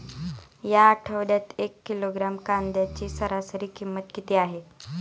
या आठवड्यात एक किलोग्रॅम कांद्याची सरासरी किंमत किती आहे?